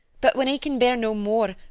but when i can bear no more,